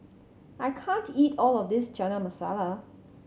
I can't eat all of this Chana Masala